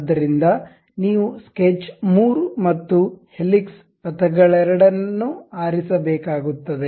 ಆದ್ದರಿಂದ ನೀವು ಸ್ಕೆಚ್ 3 ಮತ್ತು ಹೆಲಿಕ್ಸ್ ಪಥಗಳೆರಡನ್ನೂ ಆರಿಸಬೇಕಾಗುತ್ತದೆ